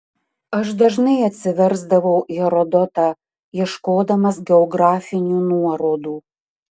aš dažnai atsiversdavau herodotą ieškodamas geografinių nuorodų